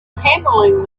handling